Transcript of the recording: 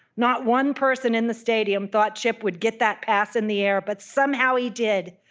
not one person in the stadium thought chip would get that pass in the air, but somehow, he did,